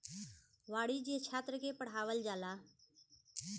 वाणिज्य छात्र के पढ़ावल जाला